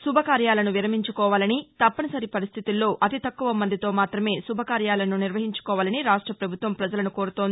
శుభ కార్యాలను విరమించుకోవాలని తప్పనిసరి పరిస్లితిలో అతి తక్కువ మందితో మాత్రమే ఆ శుభ కార్యాలని నిర్వహించుకోవాలని రాష్ట ప్రభుత్వం పజలను కోరుతోంది